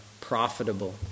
profitable